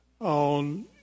on